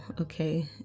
okay